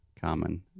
common